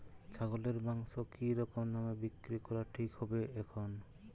ছাগলের মাংস কী রকম দামে বিক্রি করা ঠিক হবে এখন?